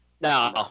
No